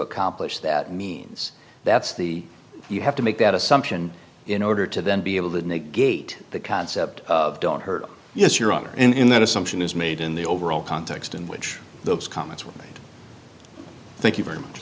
accomplish that means that's the you have to make that assumption in order to then be able to negate the concept of don't hurt yes your honor in that assumption is made in the overall context in which those comments were made thank you very much